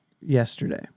yesterday